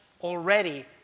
already